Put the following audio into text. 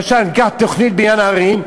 למשל, קח את תוכנית בניין הערים,